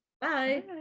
bye